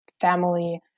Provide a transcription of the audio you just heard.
family